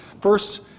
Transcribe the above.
first